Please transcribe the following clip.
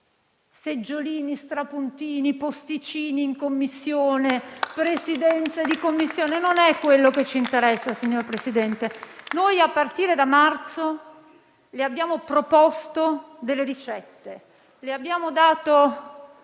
seggiolini, strapuntini, posticini in Commissione o Presidenze di Commissione. Non è quello che ci interessa, presidente Conte. Noi, a partire da marzo, le abbiamo proposto delle ricette, le abbiamo dato